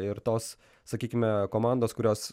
ir tos sakykime komandos kurios